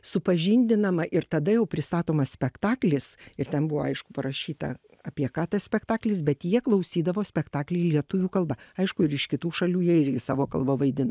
supažindinama ir tada jau pristatomas spektaklis ir ten buvo aišku parašyta apie ką tas spektaklis bet jie klausydavo spektaklį lietuvių kalba aišku ir iš kitų šalių jie irgi savo kalba vaidino